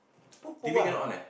poo poo ah